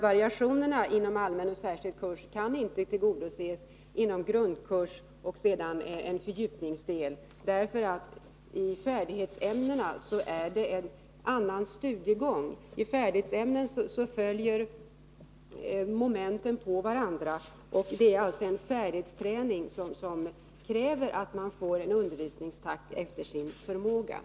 Variationerna inom allmän och särskild kurs kan inte tillgodoses inom grundkurs och följande fördjupningsdel, för i färdighetsämnen är det en annan studiegång. I färdighetsämnen följer momenten på varandra, och det är alltså fråga om en färdighetsträning som kräver att man får en undervisningstakt, avpassad efter den egna förmågan.